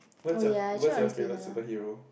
what's what is your favourite superhero